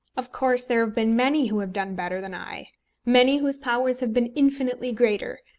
of course there have been many who have done better than i many whose powers have been infinitely greater.